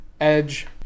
Edge